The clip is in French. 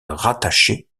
rattachée